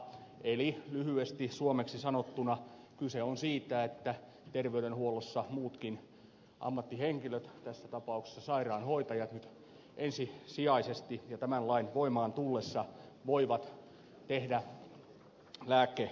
eli lyhyesti suomeksi sanottuna kyse on siitä että terveydenhuollossa muutkin ammattihenkilöt tässä tapauksessa sairaanhoitajat nyt ensisijaisesti ja tämän lain voimaan tullessa voivat tehdä lääkemääräyksiä